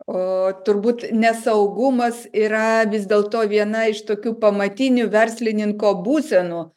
o turbūt nesaugumas yra vis dėlto viena iš tokių pamatinių verslininko būsenų